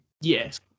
Yes